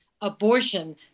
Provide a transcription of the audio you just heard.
abortion